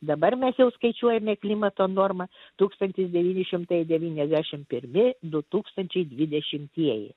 dabar mes jau skaičiuojame klimato normą tūkstantis devyni šimtai devyniasdešimt pirmi du tūkstančiai dvidešimtieji